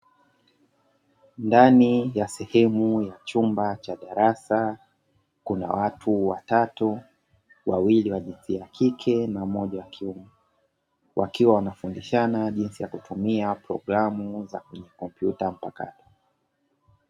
Ndani ya sehemu ya chumba cha darasa, kuna watu watatu, wawili wa jinsia ya kike na mmoja wa kiume. Wakiwa wanafundishana jinsi ya kutumia programu za kwenye kompyuta mpakato.